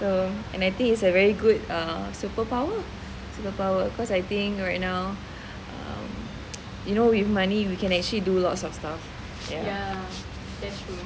so and I think is a very good err superpower superpower cause I think right now um you know with money we can actually do lots of stuff